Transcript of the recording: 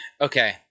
okay